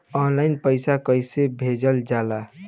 Online पैसा कैसे भेजल जाला?